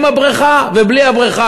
עם הבריכה ובלי הבריכה,